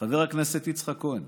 חבר הכנסת יצחק כהן